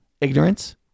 Ignorance